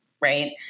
Right